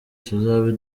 tuzabe